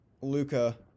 Luca